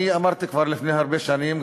אני אמרתי כבר לפני הרבה שנים,